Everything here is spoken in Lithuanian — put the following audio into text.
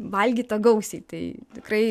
valgyta gausiai tai tikrai